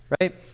right